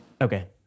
Okay